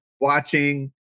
watching